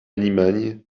limagne